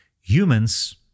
Humans